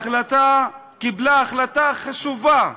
התקבלה החלטה חשובה: